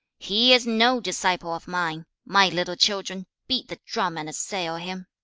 he is no disciple of mine. my little children, beat the drum and assail him